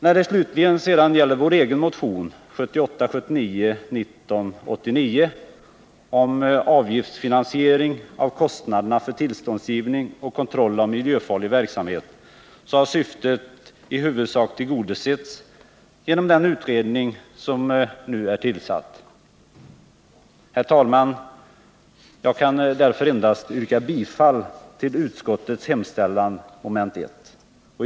När det slutligen gäller vår egen motion 1978/79:1989 om avgiftsfinansiering av kostnaderna för tillståndsgivning och kontroll av miljöfarlig verksamhet, så har syftet i huvudsak tillgodosetts genom den utredning som nu är tillsatt. Herr talman! Jag kan mot denna bakgrund-endast yrka bifall till utskottets hemställan under mom. 1.